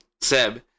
Seb